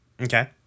okay